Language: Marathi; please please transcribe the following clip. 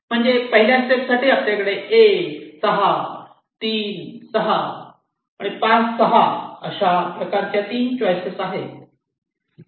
म्हणजे पहिल्या स्टेप साठी आपल्याकडे 1 6 3 6 आणि 5 6 अशा प्रकारच्या 3 चॉईस आहे